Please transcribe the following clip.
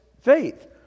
faith